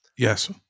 Yes